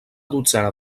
dotzena